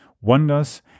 wonders